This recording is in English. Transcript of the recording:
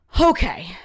Okay